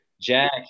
Jack